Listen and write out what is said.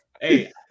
Hey